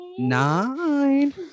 Nine